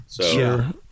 Sure